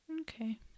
Okay